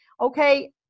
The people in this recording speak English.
okay